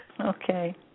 Okay